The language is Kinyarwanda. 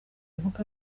yabaga